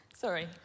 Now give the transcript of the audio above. sorry